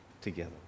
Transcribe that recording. together